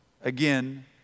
Again